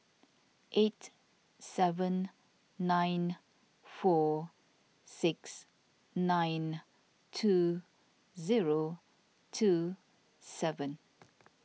eight seven nine four six nine two zero two seven